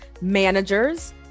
managers